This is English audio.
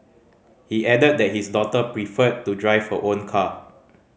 he added that his daughter preferred to drive her own car